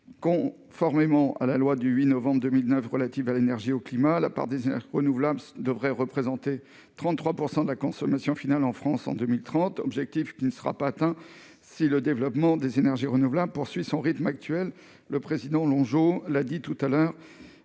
Conformément à la loi du 8 novembre 2019 relative à l'énergie et au climat, la part des énergies renouvelables doit représenter 33 % de la consommation finale en France en 2030, objectif qui ne sera pas atteint si le développement des énergies renouvelables se poursuit au rythme actuel, comme M. Longeot l'a rappelé tout à l'heure.